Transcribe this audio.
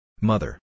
Mother